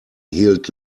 hielt